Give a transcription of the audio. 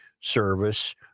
service